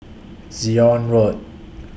Zion Road